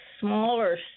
smaller